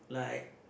like